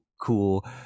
cool